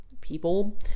people